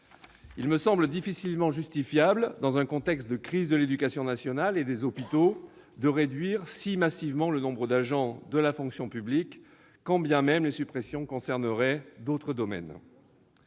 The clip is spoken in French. Il me semble en effet difficilement justifiable, dans un contexte de crise de l'éducation nationale et des hôpitaux, de réduire si massivement le nombre d'agents de la fonction publique, quand bien même les suppressions concerneraient d'autres domaines.